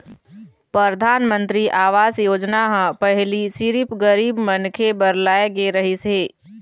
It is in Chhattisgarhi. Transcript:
परधानमंतरी आवास योजना ह पहिली सिरिफ गरीब मनखे बर लाए गे रहिस हे